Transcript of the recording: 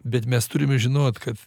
bet mes turim žinot kad